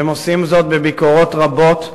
והם עושים זאת בביקורות רבות,